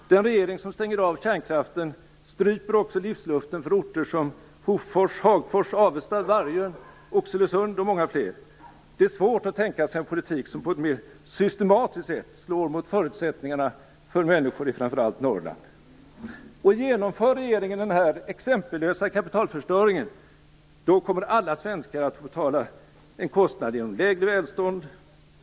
Den regering som stänger av kärnkraften stryper också livsluften för orter som Hofors, Hagfors, Avesta, Vargön, Oxelösund och många fler. Det är svårt att tänka sig en politik som på ett mer systematiskt sätt slår mot förutsättningarna för människor i framför allt Norrland. Om regeringen genomför den här exempellösa kapitalförstöringen kommer alla svenskar att få betala en kostnad genom lägre välstånd.